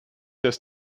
dass